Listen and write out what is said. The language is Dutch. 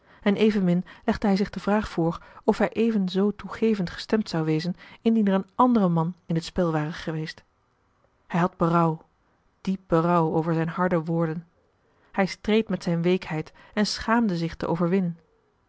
en evenmin legde hij zich de vraag voor of hij even zoo toegevend gestemd zou wezen indien er een andere man in het spel ware geweest hij had berouw diep berouw over zijn harde woorden hij streed met zijn weekheid en schaamde zich te overwinnen